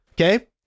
Okay